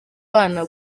abana